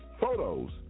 photos